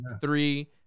three